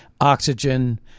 oxygen